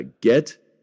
Get